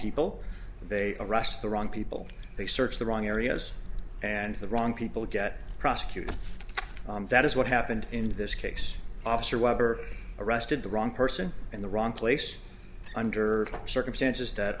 people they arrest the wrong people they search the wrong areas and the wrong people get prosecuted that is what happened in this case officer webber arrested the wrong person in the wrong place under circumstances that